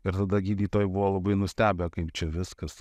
ir tada gydytojai buvo labai nustebę kaip čia viskas